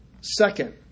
Second